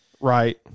right